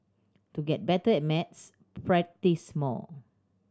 to get better at maths practise more